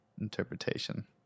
interpretation